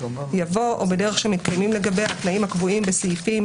יבוא "או בדרך שמתקיימים לגביה התנאים הקבועים בסעיפים